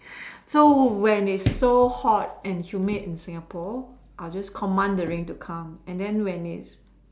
so when it's so hot and humid in Singapore I'll just command the rain to come and then when it's